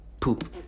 poop